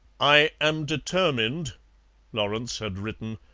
i am determined lawrence had written,